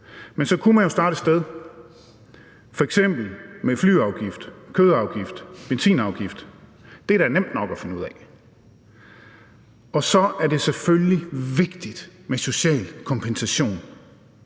Men så kunne man jo starte et sted, f.eks. med flyafgift, kødafgift, benzinafgift. Det er da nemt nok at finde ud af. Og så er det selvfølgelig vigtigt med social kompensation,